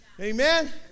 Amen